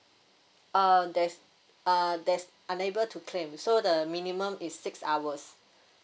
uh there's uh that's unable to claim so the minimum is six hours